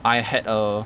I had a